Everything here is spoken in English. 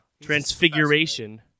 Transfiguration